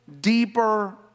deeper